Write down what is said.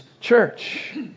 church